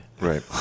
Right